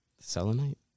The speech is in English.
Selenite